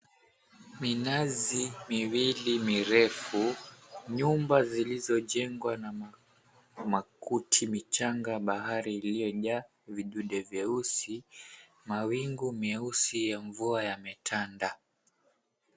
Minazi miwili mirefu. Nyumba zilizojengwa na makuti. Michanga bahari iliyojaa vidude vyeusi. Mawingu meusi ya mvua yametanda.